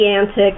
antics